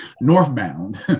Northbound